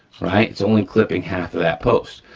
right. it's only clipping half of that post.